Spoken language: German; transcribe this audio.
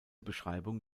beschreibung